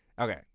Okay